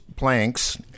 planks